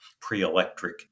pre-electric